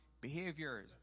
behaviors